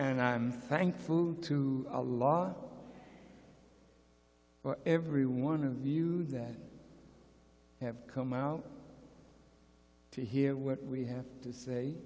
and i'm thankful to a lot every one of you that have come out to hear what we have to say